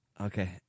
Okay